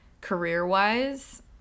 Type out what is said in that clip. career-wise